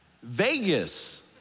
Vegas